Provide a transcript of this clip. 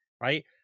right